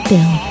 Bill